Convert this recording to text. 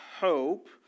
hope